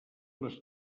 les